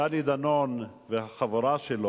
דני דנון והחבורה שלו,